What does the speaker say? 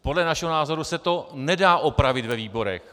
Podle našeho názoru se to nedá opravit ve výborech.